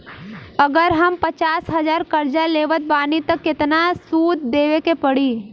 अगर हम पचास हज़ार कर्जा लेवत बानी त केतना सूद देवे के पड़ी?